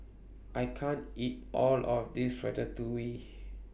I can't eat All of This Ratatouille